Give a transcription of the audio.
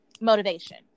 Motivation